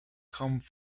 comes